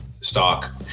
stock